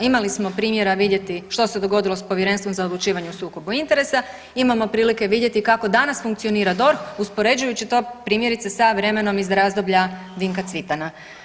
Imali smo primjera vidjeti što se dogodilo s Povjerenstvom za odlučivanje o sukobu interesa, imamo prilike vidjeti kako danas funkcionira DORH uspoređujući to primjerice sa vremenom iz razdoblja Dinka Cvitana.